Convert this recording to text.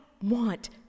want